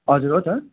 हजुर हो त